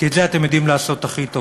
כי את זה אתם יודעים לעשות הכי טוב.